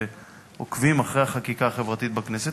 שעוקבים אחרי החקיקה החברתית בכנסת,